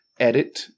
Edit